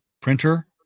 printer